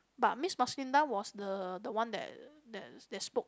but Miss Maslinda was the the one that that that spoke